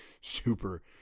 super